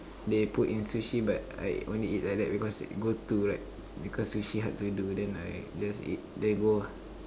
they put in Sushi but I only eat like that because go to like because Sushi hard to do then I just eat they roll